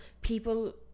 People